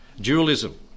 Dualism